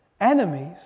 Enemies